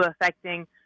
affecting